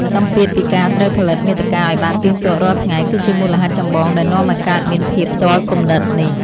សម្ពាធពីការត្រូវផលិតមាតិកាឱ្យបានទៀងទាត់រាល់ថ្ងៃ គឺជាមូលហេតុចម្បងដែលនាំឱ្យកើតមានភាពទាល់គំនិតនេះ។